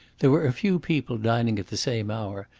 there were a few people dining at the same hour,